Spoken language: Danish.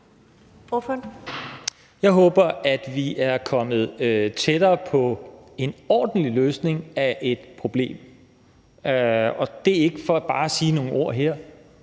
Jeg håber, at vi er kommet tættere på en ordentlig løsning af et problem. Og det er ikke for bare at sige nogle ord her.